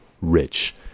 rich